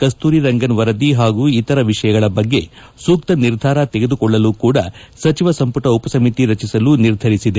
ಕಸ್ತೂರಿರಂಗನ್ ವರದಿ ಹಾಗೂ ಇತರ ವಿಷಯಗಳ ಬಗ್ಗೆ ಸೂಕ್ತ ನಿರ್ಧಾರ ತೆಗೆದುಕೊಳ್ಳಲೂ ಕೂಡ ಸಚಿವ ಸಂಪುಟ ಉಪಸಮಿತಿ ರಚಿಸಲು ನಿರ್ಧರಿಸಿದೆ